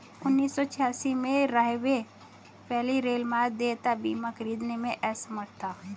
उन्नीस सौ छियासी में, राहवे वैली रेलमार्ग देयता बीमा खरीदने में असमर्थ था